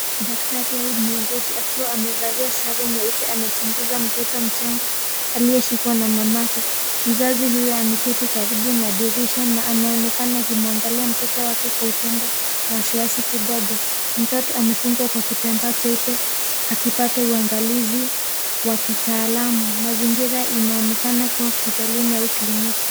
Daktari au muuguzi akiwa amevalia sare nyeupe anachunguza mtoto mchanga aliyeshikwa na mamake. Mzazi huyo ameketi karibu na dirisha na anaonekana akimwangalia mtoto wake kwa upendo na wasiwasi kidogo. Mtoto amefungwa kwa kitambaa cheupe akipata uangalizi wa kitaalamu. Mazingira inaonekana kuwa hospitalini au kliniki.